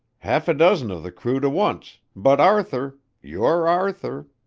half a dozen of the crew to once, but arthur your arthur,